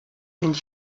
and